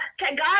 God